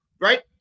Right